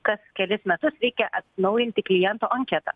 kas kelis metus reikia atsinaujinti kliento anketą